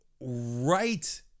right